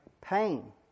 Pain